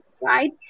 right